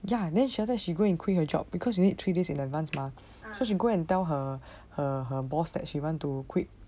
ya then after that she go and quit her job because you need three days in advance mah so she go and tell her her her boss that she want to quit